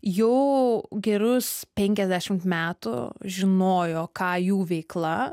jau gerus penkiasdešim metų žinojo ką jų veikla